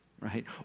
right